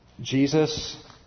Jesus